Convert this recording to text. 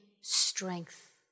strength